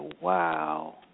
wow